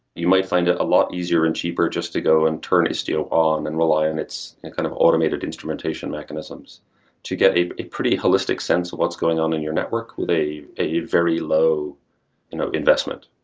you might find it a lot easier and cheaper just to go and turn istio on and rely on its kind of automated instrumentation mechanisms to get a a pretty holistic sense of what's going on in your network with a a very low you know investment.